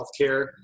healthcare